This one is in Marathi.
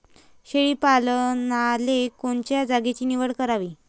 शेळी पालनाले कोनच्या जागेची निवड करावी?